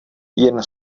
jen